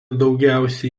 daugiausia